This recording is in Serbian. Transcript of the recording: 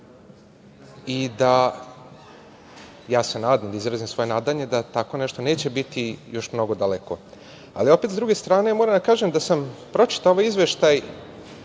i ja se nadam, da izrazim svoje nadanje, da tako nešto neće biti još mnogo daleko. Ali opet, s druge strane, moram da kažem da sam pročitao ovaj izveštaj